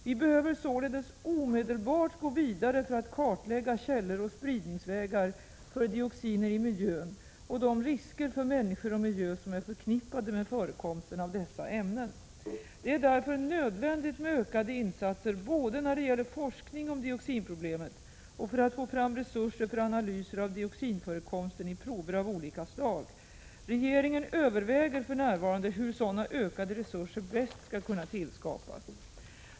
Vi behöver således omedelbart gå vidare för att kartlägga källor och spridningsvägar för dioxiner i miljön och de risker för människor och miljö som är förknippade med förekomsten av dessa ämnen. Det är därför nödvändigt med ökade insatser både när det gäller forskning om dioxinproblemet och för att få fram resurser för analyser av dioxinförekomsten i prover av olika slag. Regeringen överväger för närvarande hur sådana ökade resurser bäst skall kunna tillskapas.